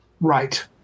Right